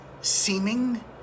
seeming